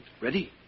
Ready